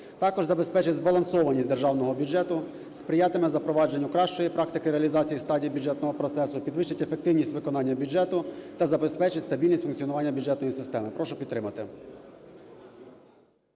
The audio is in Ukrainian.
Також забезпечить збалансованість державного бюджету, сприятиме запровадженню кращої практики реалізації стадії бюджетного процесу, підвищить ефективність виконання бюджету та забезпечить стабільність функціонування бюджетної системи. Прошу підтримати.